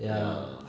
ya